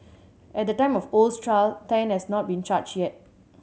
at the time of Oh's trial Tan has not been charged yet